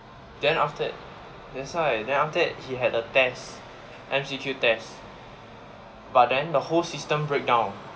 then after that that's why then after that he had a test M_C_Q test but then the whole system breakdown